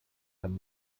kann